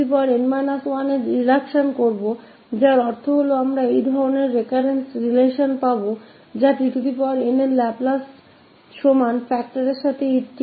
और हमारे पास यह reduction है tn 1 इसका अर्थ यह है कि हम इस तरह का recurrence realtion प्राप्त कर सकते हैं कि tnका लाप्लास tn 1 हैं factor nsके साथ